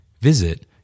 Visit